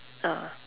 ah